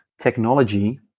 technology